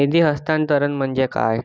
निधी हस्तांतरण म्हणजे काय?